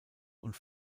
und